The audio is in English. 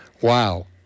Wow